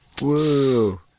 Whoa